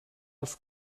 els